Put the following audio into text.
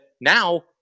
now